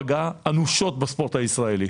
זו רפורמה שפקעה אנושות בספורט הישראלי.